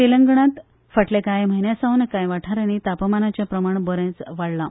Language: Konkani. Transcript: तेलंगणांत फाटल्या कांय म्हयन्या सावन कांय वाठारांनी तापमानाचें प्रमाण बरेंच वाडलां